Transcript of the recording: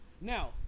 Now